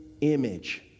image